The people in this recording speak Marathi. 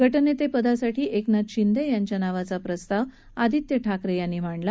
गटनेते पदासाठी एकनाथ शिंदे यांच्या नावाचा प्रस्ताव आदित्य ठाकरे यांनी मांडला